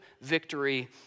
victory